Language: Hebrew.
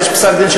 יש פסק-דין,